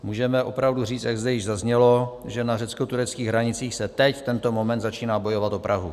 Můžeme opravdu říct, jak zde již zaznělo, že na řeckotureckých hranicích se teď v tento moment začíná bojovat o Prahu.